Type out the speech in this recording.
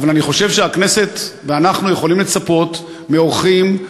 אבל אני חושב שהכנסת ואנחנו יכולים לצפות מעורכים,